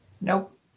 Nope